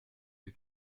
que